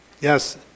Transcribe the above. Yes